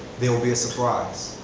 there will be a surprise.